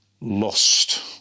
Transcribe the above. lost